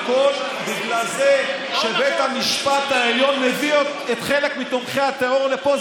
בגלל שבית המשפט העליון מביא את חלק מתומכי הטרור לפה,